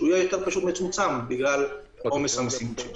שיהיה יותר מצומצם בגלל עומס המשימות שיש.